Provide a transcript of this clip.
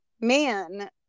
man